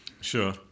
Sure